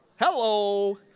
Hello